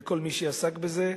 וכל מי שעסק בזה.